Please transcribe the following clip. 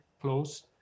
close